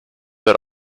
but